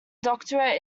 doctorate